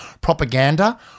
Propaganda